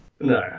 No